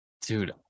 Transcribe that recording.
Dude